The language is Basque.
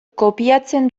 kopiatzen